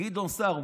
גדעון סער.